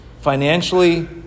financially